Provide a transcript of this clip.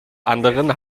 anderen